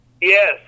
Yes